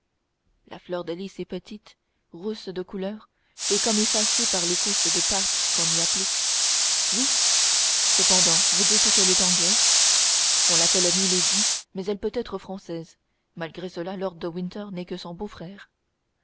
la fleur de lis est petite rousse de couleur et comme effacée par les couches de pâte qu'on y applique oui cependant vous dites qu'elle est anglaise on l'appelle milady mais elle peut être française malgré cela lord de winter n'est que son beau-frère